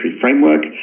framework